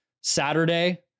Saturday